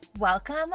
Welcome